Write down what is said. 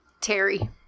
Terry